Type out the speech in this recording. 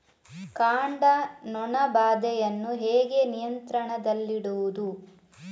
ಕಾಂಡ ನೊಣ ಬಾಧೆಯನ್ನು ಹೇಗೆ ನಿಯಂತ್ರಣದಲ್ಲಿಡುವುದು?